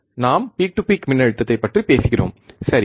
நாம் peak to peak மின்னழுத்தத்தைப் பற்றி பேசுகிறோம் சரி